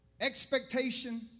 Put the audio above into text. expectation